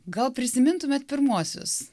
gal prisimintumėt pirmuosius